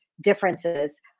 differences